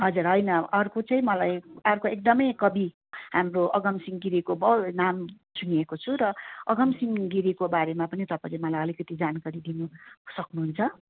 हजुर होइन अर्को चाहिँ मलाई आर्को एकदमै कवि हाम्रो अगमसिहं गिरीको बहुत नाम सुनेको छु र अगमसिहं गिरीको बारेमा पनि तपाईँले मलाई अलिकति जानकारी दिनु सक्नुहुन्छ